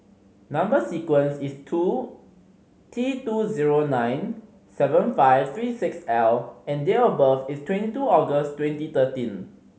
number sequence is two T two zero nine seven five three six L and date of birth is twenty two August twenty thirteen